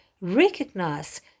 recognize